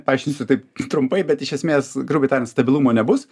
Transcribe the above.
paaiškinsiu taip trumpai bet iš esmės grubiai tariant stabilumo nebus